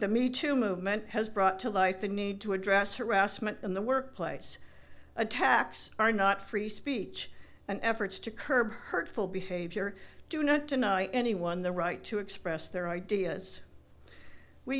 the meet to movement has brought to light the need to address rassmann in the workplace attacks are not free speech and efforts to curb hurtful behavior do not deny anyone the right to express their ideas we